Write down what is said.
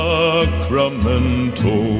Sacramento